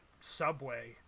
subway